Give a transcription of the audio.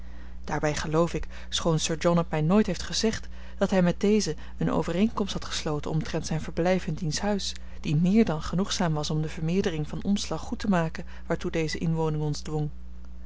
daarbij geloof ik schoon sir john het mij nooit heeft gezegd dat hij met dezen eene overeenkomst had gesloten omtrent zijn verblijf in diens huis die meer dan genoegzaam was om de vermeerdering van omslag goed te maken waartoe deze inwoning ons dwong